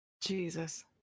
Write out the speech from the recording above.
Jesus